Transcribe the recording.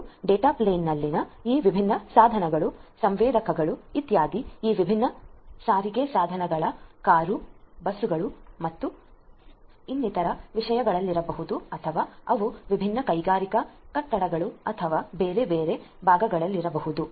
ಮತ್ತು ಡೇಟಾ ಪ್ಲೇನ್ನಲ್ಲಿನ ಈ ವಿಭಿನ್ನ ಸಾಧನಗಳು ಸೆನ್ಸರ್ಗಳು ಇತ್ಯಾದಿ ಈ ವಿಭಿನ್ನ ಸಾರಿಗೆ ಸಾಧನಗಳ ಕಾರುಗಳು ಬಸ್ಗಳು ಮತ್ತು ಇನ್ನಿತರ ವಿಷಯಗಳಲ್ಲಿರಬಹುದು ಅಥವಾ ಅವು ವಿಭಿನ್ನ ಕೈಗಾರಿಕಾ ಕಟ್ಟಡಗಳು ಅಥವಾ ಬೇರೆ ಬೇರೆ ಭಾಗಗಳಲ್ಲಿರಬಹುದು